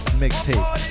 mixtape